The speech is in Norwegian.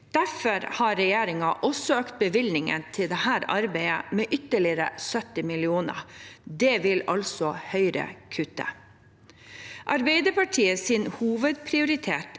har derfor også økt bevilgningen til dette arbeidet med ytterligere 70 mill. kr. Dette vil altså Høyre kutte. Arbeiderpartiets hovedprioritet